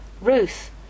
Ruth